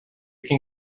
can